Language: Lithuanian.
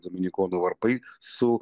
dominikonų varpai su